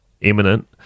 imminent